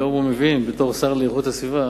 היום הוא מבין, בתור השר לאיכות הסביבה,